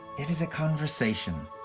it is a conversation.